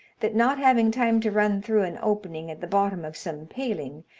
that, not having time to run through an opening at the bottom of some paling,